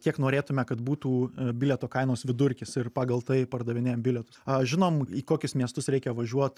kiek norėtume kad būtų bilieto kainos vidurkis ir pagal tai pardavinėjam bilietus a žinom į kokius miestus reikia važiuot